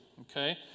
okay